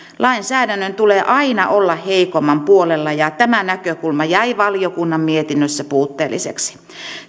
lainsäädännön tulee aina olla heikomman puolella ja tämä näkökulma jäi valiokunnan mietinnössä puutteelliseksi